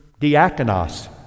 diakonos